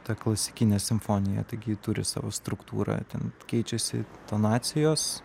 ta klasikinė simfonija taigi ji turi savo struktūrą ten keičiasi tonacijos